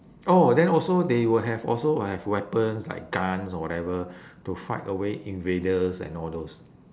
oh then also they will have also have weapons like guns or whatever to fight away invaders and all those